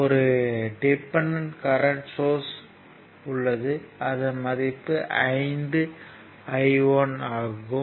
ஒரு dependent current source உள்ளது அதன் மதிப்பு 5 I1 ஆகும்